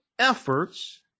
efforts